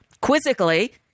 quizzically